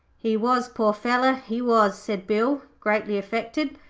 he was, poor feller, he was said bill, greatly affected.